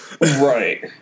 Right